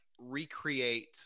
recreate